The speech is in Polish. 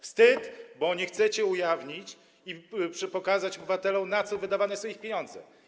Wstyd, bo nie chcecie ujawnić i pokazać obywatelom, na co wydawane są ich pieniądze.